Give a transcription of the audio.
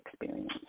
experience